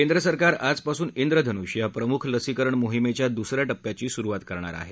केंद्र सरकार आजपासून विधनुष या प्रमुख लसीकरण मोहीमेच्या दुसऱ्या टप्प्याची सुरुवात करणार आहे